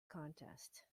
contest